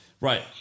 Right